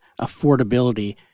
affordability